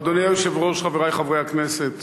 אדוני היושב-ראש, חברי חברי הכנסת,